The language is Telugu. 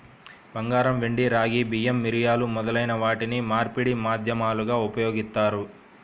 బంగారం, వెండి, రాగి, బియ్యం, మిరియాలు మొదలైన వాటిని మార్పిడి మాధ్యమాలుగా ఉపయోగిత్తారు